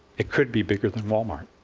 it could be bigger than wal-mart.